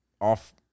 off